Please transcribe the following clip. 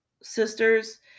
sisters